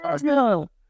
No